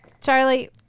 Charlie